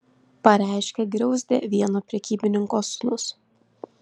pareiškė griauzdė vieno prekybininko sūnus